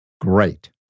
great